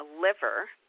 liver